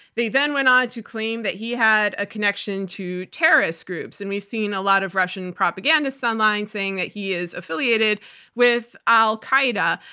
they then went on to claim that he had a connection to terrorist groups. and we've seen a lot of russian propagandists online saying that he is affiliated with al-qaida.